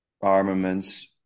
armaments